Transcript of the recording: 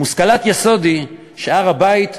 מושכל-יסוד הוא שהר-הבית,